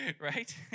right